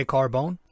Carbone